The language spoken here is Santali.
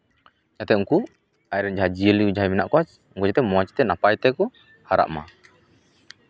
ᱡᱟᱛᱮ ᱩᱱᱠᱩ ᱟᱡ ᱨᱮᱱ ᱡᱟᱦᱟᱸᱭ ᱡᱤᱭᱟᱹᱞᱤ ᱡᱟᱦᱟᱸᱭ ᱢᱮᱱᱟᱜ ᱠᱚᱣᱟ ᱞᱟᱹᱭ ᱛᱮ ᱢᱚᱡᱽ ᱛᱮ ᱱᱟᱯᱟᱭ ᱛᱮᱠᱚ ᱦᱟᱨᱟᱜ ᱢᱟ